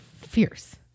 fierce